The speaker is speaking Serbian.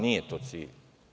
Nije to cilj.